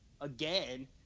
again